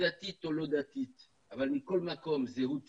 דתית או לא דתית, אבל מכל מקום זהות ציונית,